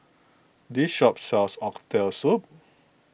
this shop sells Oxtail Soup